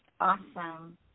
Awesome